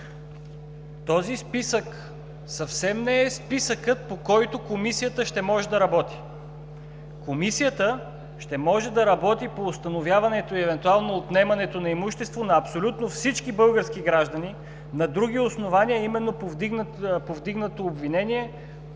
този списък съвсем не е списъкът, по който Комисията ще може да работи. Комисията ще може да работи по установяването и евентуално отнемането на имущество на абсолютно всички български граждани на други основания, а именно повдигнато обвинение